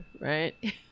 Right